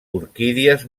orquídies